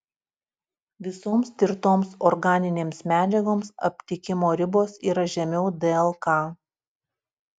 visoms tirtoms organinėms medžiagoms aptikimo ribos yra žemiau dlk